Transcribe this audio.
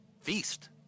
feast